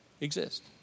exist